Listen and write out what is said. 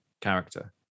character